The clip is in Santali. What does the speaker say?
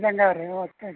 ᱡᱟᱸᱜᱟ ᱨᱮ ᱚᱻ ᱟᱪᱪᱷᱟ ᱟᱪᱪᱷᱟ